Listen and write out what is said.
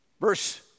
Verse